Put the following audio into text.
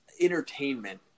entertainment